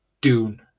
dune